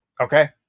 Okay